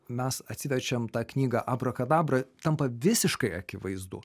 mes atsiverčiam tą knygą abrakadabra tampa visiškai akivaizdu